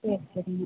சரி சரிங்க